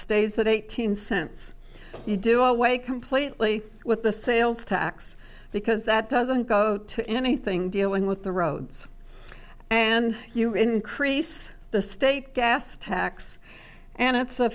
stays that eight hundred cents you do away completely with the sales tax because that doesn't go to anything dealing with the roads and you increase the state gas tax and it's